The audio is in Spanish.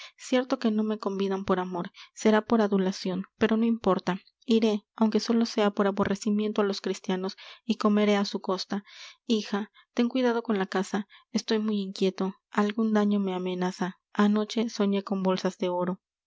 cierto que no me convidan por amor será por adulacion pero no importa iré aunque sólo sea por aborrecimiento á los cristianos y comeré á su costa hija ten cuidado con la casa estoy muy inquieto algun daño me amenaza anoche soñé con bolsas de oro